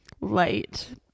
light